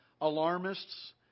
alarmists